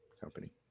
company